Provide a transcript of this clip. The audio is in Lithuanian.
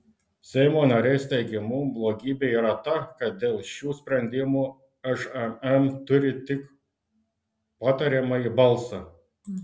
seimo narės teigimu blogybė yra ta kad dėl šių sprendimų šmm turi tik patariamąjį balsą